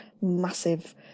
massive